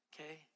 okay